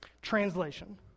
Translation